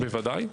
בוודאי.